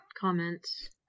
comments